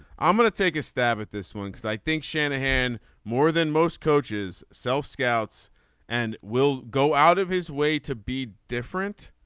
i'm going to take a stab at this one because i think shanahan more than most coaches self scouts and will go out of his way to be different.